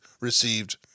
received